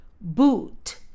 boot